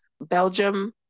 Belgium